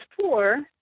four